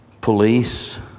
police